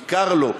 האם קר לו?